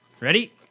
Ready